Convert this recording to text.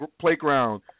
playground